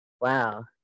Wow